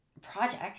project